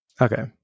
Okay